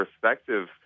perspective